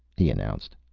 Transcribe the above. he announced.